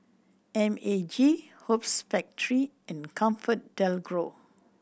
M A G Hoops Factory and ComfortDelGro